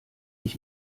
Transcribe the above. ich